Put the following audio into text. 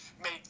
Made